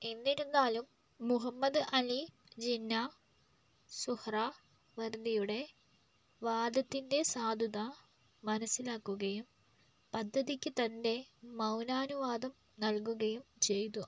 എന്നിരുന്നാലും മുഹമ്മദ് അലി ജിന്ന സുഹ്റ വർദിയുടെ വാദത്തിൻ്റെ സാധുത മനസ്സിലാക്കുകയും പദ്ധതിക്ക് തൻ്റെ മൗനാനുവാദം നൽകുകയും ചെയ്തു